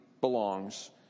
belongs